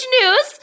news